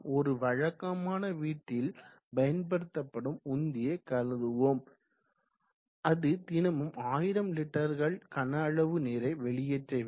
ஒரு வழக்கமான வீட்டில் பயன்படுத்தப்படும் உந்தியை கருதுவோம் அது தினமும் 1000 லிட்டர்கள் கன அளவு நீரை வெளியேற்ற வேண்டும்